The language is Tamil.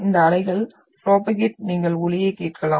இந்த அலைகள் ப்ரோபோகேட் நீங்கள் ஒலியைக் கேட்கலாம்